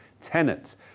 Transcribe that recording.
tenants